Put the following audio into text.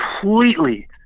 completely